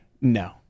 No